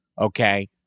okay